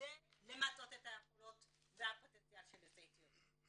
ולמצות את היכולות והפוטנציאל של יוצאי אתיופיה.